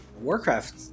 warcraft